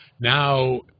Now